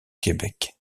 québec